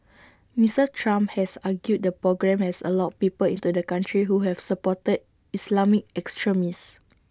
Mister Trump has argued the programme has allowed people into the country who have supported Islamic extremists